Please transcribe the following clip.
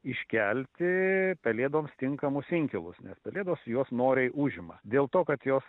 iškelti pelėdoms tinkamus inkilus nes pelėdos juos noriai užima dėl to kad jos